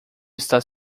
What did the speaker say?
está